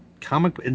comic